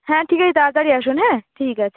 হ্যাঁ ঠিক আছে তাড়াতাড়ি আসুন হ্যাঁ ঠিক আছে